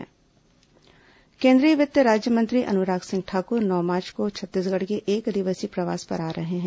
केन्द्रीय मंत्री प्रवास केन्द्रीय वित्त राज्यमंत्री अनुराग सिंह ठाकुर नौ मार्च को छत्तीसगढ़ के एक दिवसीय प्रवास पर आ रहे हैं